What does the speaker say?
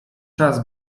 czas